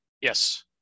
Yes